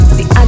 See